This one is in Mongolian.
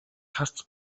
харц